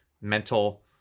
mental